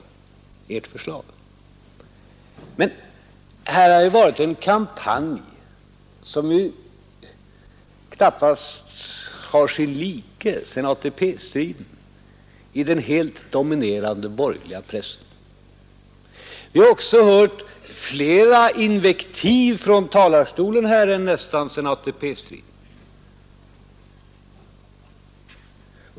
Här har ju i den helt dominerande borgerliga pressen förts en kampanj som knappast haft sin like sedan ATP-striden. Vi har också hört nästan fler invektiv från talarstolen här än sedan ATP-striden.